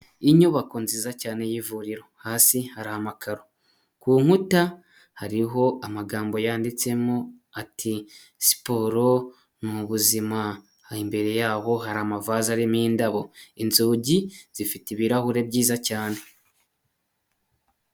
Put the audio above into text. Inyubako nziza cyane y'ivuriro hasi hari amakaro, ku nkuta hariho amagambo yanditsemo ati siporo n'ubuzima imbere yabo hari amavaze arimo indabo, inzugi zifite ibirahure byiza cyane.